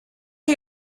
are